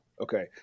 okay